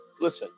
Listen